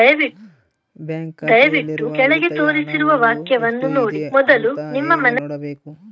Bank ಖಾತೆಯಲ್ಲಿರುವ ಉಳಿತಾಯ ಹಣವು ಎಷ್ಟುಇದೆ ಅಂತ ಹೇಗೆ ನೋಡಬೇಕು?